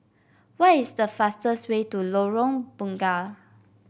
where is the fastest way to Lorong Bunga